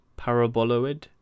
paraboloid